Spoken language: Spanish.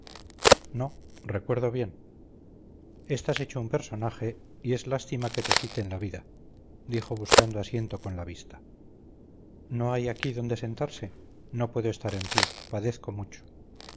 no recuerdo bien estás hecho un personaje y es lástima que te quiten la vida dijo buscando asiento con la vista no hay aquí dónde sentarse no puedo estar en pie padezco mucho